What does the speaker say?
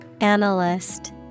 Analyst